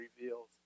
reveals